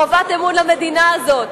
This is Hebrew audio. חובת אמון למדינה הזאת,